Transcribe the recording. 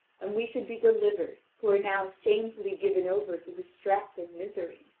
and we should be delivered who are now shamefully given over to distress and misery.